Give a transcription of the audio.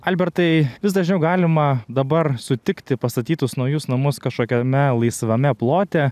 albertai vis dažniau galima dabar sutikti pastatytus naujus namus kažkokiame laisvame plote